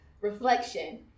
reflection